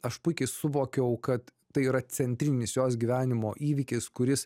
aš puikiai suvokiau kad tai yra centrinis jos gyvenimo įvykis kuris